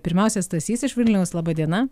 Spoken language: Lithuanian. pirmiausia stasys iš vilniaus laba diena